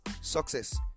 success